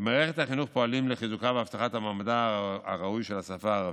במערכת החינוך פועלים לחיזוקה והבטחת מעמדה הראוי של השפה הערבית.